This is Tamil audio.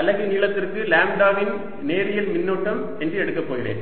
அலகு நீளத்திற்கு லாம்ப்டாவின் நேரியல் மின்னூட்டம் என்று எடுக்கப் போகிறேன்